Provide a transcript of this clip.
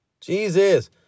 Jesus